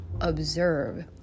observe